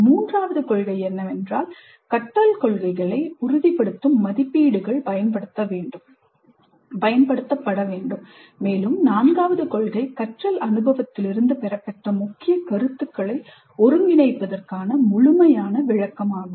மூன்றாவது கொள்கை என்னவென்றால் கற்றல் குறிக்கோள்களை உறுதிப்படுத்தும் மதிப்பீடுகள் பயன்படுத்தப்பட வேண்டும் மேலும் நான்காவது கொள்கை கற்றல் அனுபவத்திலிருந்து பெறப்பட்ட முக்கிய கருத்துக்களை ஒருங்கிணைப்பதற்கான முழுமையான விளக்கமாகும்